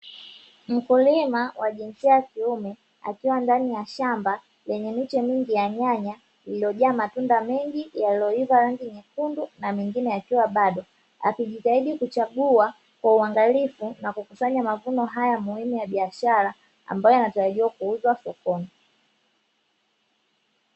Mkulima wa jinsia ya kiume akiwa ndani ya shamba lenye miche mingi ya nyanya iliyojaa matunda mengi yaliyoiva rangi nyekundu na mengine yakiwa bado akijitahidi kuchagua kwa uangalifu na kukusanya mavuno haya muhimu ya biashara ambayo yanatarajiwa kuuzwa sokoni.